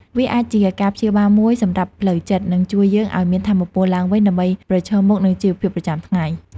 វាអាចជាការព្យាបាលមួយសម្រាប់ផ្លូវចិត្ត និងជួយយើងឲ្យមានថាមពលឡើងវិញដើម្បីប្រឈមមុខនឹងជីវភាពប្រចាំថ្ងៃ។